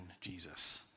Jesus